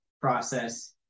process